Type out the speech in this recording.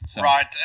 Right